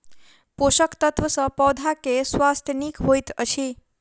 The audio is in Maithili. पोषक तत्व सॅ पौधा के स्वास्थ्य नीक होइत अछि